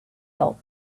help